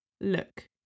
look